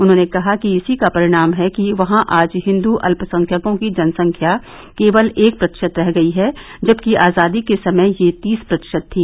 उन्होंने कहा कि इसी का परिणाम है कि वहां आज हिन्दू अल्पसंख्यकों की जनसंख्या केवल एक प्रतिशत रह गयी है जवकि आजादी के समय यह तीस प्रतिशत थी